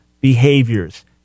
behaviors